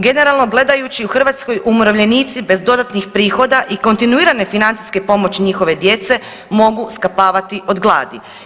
Generalno gledajući u Hrvatskoj umirovljenici bez dodatnih prihoda i kontinuirane financijske pomoći njihove djece mogu skapavati od gladi.